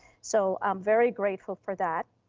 so i'm very grateful for that.